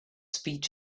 speech